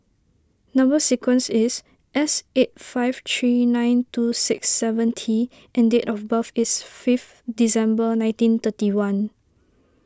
Number Sequence is S eight five three nine two six seven T and date of birth is fifth December nineteen thirty one